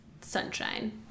sunshine